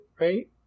right